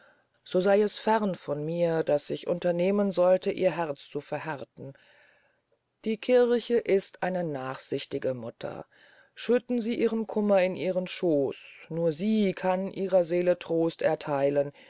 so sey es fern von mir daß ich unternehmen sollte ich herz zu verhärten die kirche ist eine nachsichtige mutter schütten sie ihren kummer in ihren schoos nur sie kann ihrer seele trost ertheilen